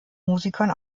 musikern